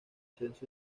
censos